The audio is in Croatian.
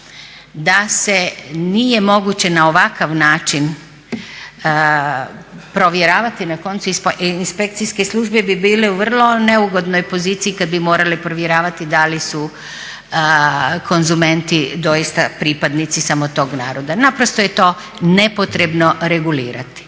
da se nije moguće na ovakav način provjeravati na koncu i inspekcijske službe bi bile u vrlo neugodnoj poziciji kada bi morale provjeravati da li su konzumenti doista pripadnici samo tog naroda. Naprosto je to nepotrebno regulirati.